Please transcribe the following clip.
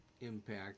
impact